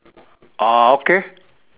oh okay